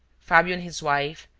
fabio and his wife,